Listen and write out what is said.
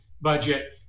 budget